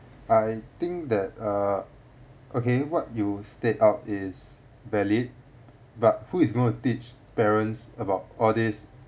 I think that uh okay what you state out is valid but who is going to teach parents about all these